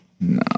No